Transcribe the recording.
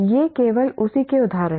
ये केवल उसी के उदाहरण हैं